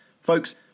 Folks